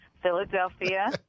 Philadelphia